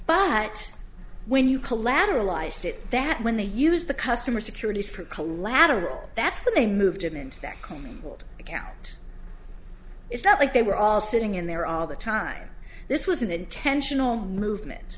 but when you collateralized it that when they use the customer securities for collateral that's when they moved him into that world account it's not like they were all sitting in there all the time this was an intentional movement